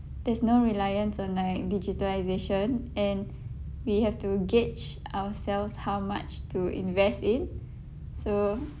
there's no reliance on like digitalisation and we have to gauge ourselves how much to invest in so